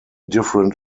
different